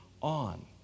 on